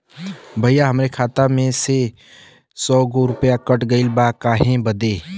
भईया हमरे खाता मे से सौ गो रूपया कट गइल बा काहे बदे?